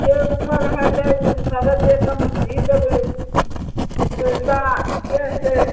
जे उमरि हेतै ओसब दे सी देबै पइसा जे हेतै